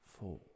four